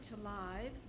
alive